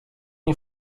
nie